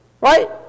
right